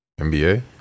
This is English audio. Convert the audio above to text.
NBA